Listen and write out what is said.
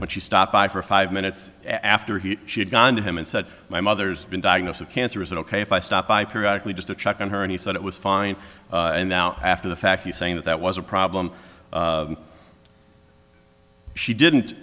she stopped by for five minutes after he she had gone to him and said my mother's been diagnosed with cancer is it ok if i stop by periodically just to check on her and he said it was fine and out after the fact you saying that that was a problem she didn't